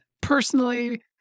Personally